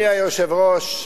אדוני היושב-ראש,